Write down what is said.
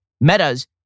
Meta's